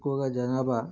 ఎక్కువగా జనాభా